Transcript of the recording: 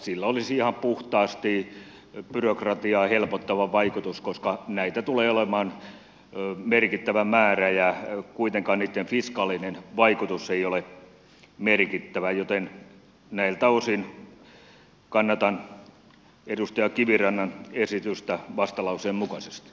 sillä olisi ihan puhtaasti byrokratiaa helpottava vaikutus koska näitä tulee olemaan merkittävä määrä ja kuitenkaan niitten fiskaalinen vaikutus ei ole merkittävä joten näiltä osin kannatan edustaja kivirannan esitystä vastalauseen mukaisesti